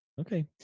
Okay